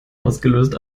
ausgelöst